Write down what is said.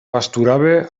pasturava